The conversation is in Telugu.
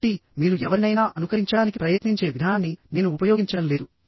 కాబట్టి మీరు ఎవరినైనా అనుకరించడానికి ప్రయత్నించే విధానాన్ని నేను ఉపయోగించడం లేదు